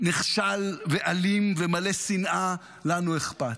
נחשל ואלים, ומלא שנאה, לנו אכפת,